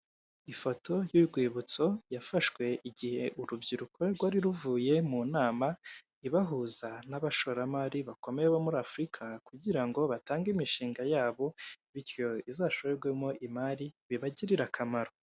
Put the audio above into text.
Ifoto y'urwibutso, yafashwe igihe urubyiruko rwari ruvuye mu nama ibahuza n'abashoramari bakomeye bo muri Afurika, kugira ngo batange imishinga yabo, bityo izashorerwemo imari, bibagirire akamaro.